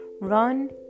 run